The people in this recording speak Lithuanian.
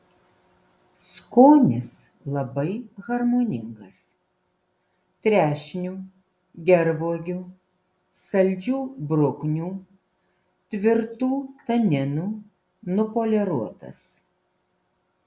skonis labai harmoningas trešnių gervuogių saldžių bruknių tvirtų taninų nupoliruotas